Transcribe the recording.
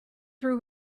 threw